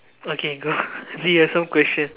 okay go yourself question